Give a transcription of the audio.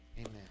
amen